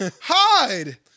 Hide